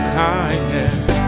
kindness